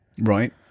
Right